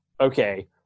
okay